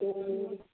ए